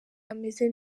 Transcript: ameze